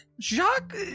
jacques